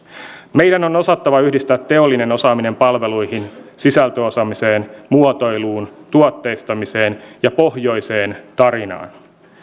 meidän on osattava yhdistää teollinen osaaminen palveluihin sisältöosaamiseen muotoiluun tuotteistamiseen ja pohjoiseen tarinaan